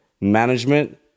management